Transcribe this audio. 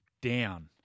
down